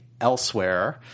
Elsewhere